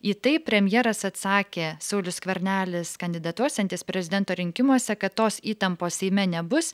į tai premjeras atsakė saulius skvernelis kandidatuosiantis prezidento rinkimuose kad tos įtampos seime nebus